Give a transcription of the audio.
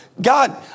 God